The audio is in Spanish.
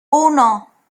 uno